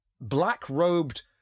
black-robed